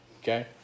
Okay